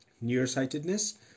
nearsightedness